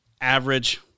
average